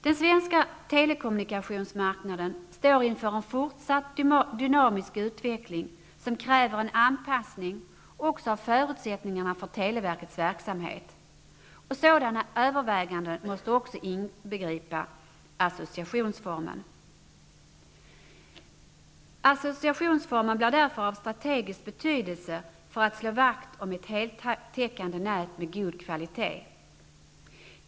Den svenska telekommunikationsmarknaden står inför en fortsatt dynamisk utveckling, som kräver en anpassning också av förutsättningarna för televerkets verksamhet. Sådana överväganden måste också inbegripa associationsformen. Associationsformen blir därför av strategisk betydelse för att slå vakt om ett heltäckande nät med god kvalitet.